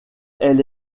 elle